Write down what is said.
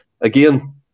again